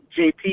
JP